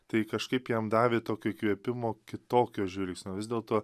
tai kažkaip jam davė tokio įkvėpimo kitokio žvilgsnio vis dėlto